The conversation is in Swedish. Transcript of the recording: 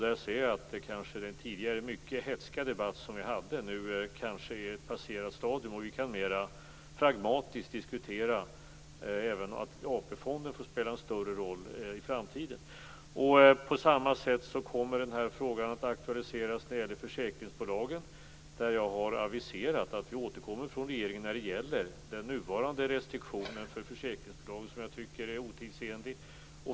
Där ser jag att den mycket hätska debatt som vi tidigare hade nu kanske är ett passerat stadium. Därmed kan vi mera pragmatiskt föra diskussioner om att även AP-fonden i framtiden får spela en större roll. På samma sätt kommer frågan att aktualiseras när det gäller försäkringsbolagen. Jag har där aviserat att regeringen återkommer när det gäller den nuvarande restriktionen för försäkringsbolag som jag tycker är otidsenlig.